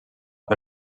fer